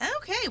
Okay